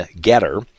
Getter